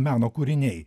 meno kūriniai